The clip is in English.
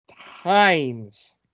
times